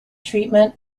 treatment